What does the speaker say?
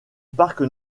parc